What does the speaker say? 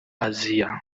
asia